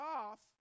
off